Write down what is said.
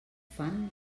fan